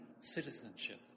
citizenship